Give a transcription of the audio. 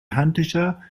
handtücher